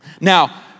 Now